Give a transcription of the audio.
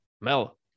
Mel